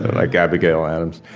like abigail adams.